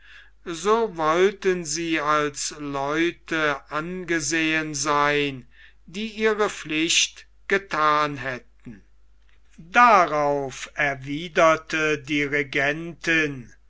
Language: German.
so wollten sie als leute angesehen sein die ihre pflicht gethan hätten darauf erwiederte die regentin